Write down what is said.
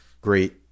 great